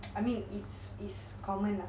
I mean it's it's common lah